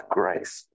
grace